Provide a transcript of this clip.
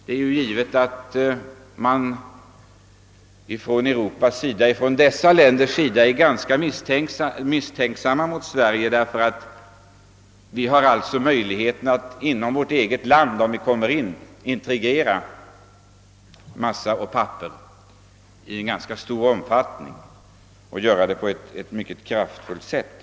Det är givet att man från dessa länders sida är ganska misstänksam mot Sverige, eftersom vi om vi kommer in i Gemensamma marknaden har möjlighet att inom vårt eget land integrera massa och papper i en ganska stor omfattning och att göra det på ett mycket kraftfullt sätt.